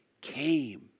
came